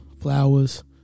flowers